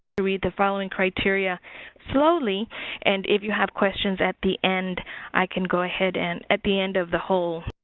read the following criteria slowly and if you have questions at the end i can go ahead and at the end of the whole